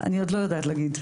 אני עוד לא יודעת להגיד,